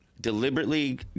deliberately